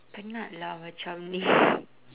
penat lah macam ni